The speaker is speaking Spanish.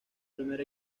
primer